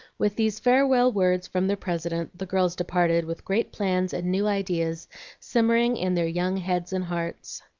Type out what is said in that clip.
with these farewell words from their president the girls departed, with great plans and new ideas simmering in their young heads and hearts.